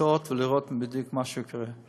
תוצאות כדי לראות בדיוק מה קורה.